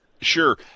sure